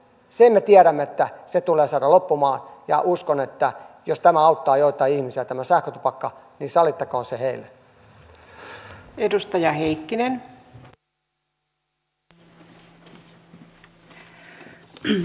sen me tiedämme että se tulee saada loppumaan ja uskon että jos tämä sähkötupakka auttaa joitain ihmisiä niin sallittakoon se heille